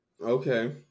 okay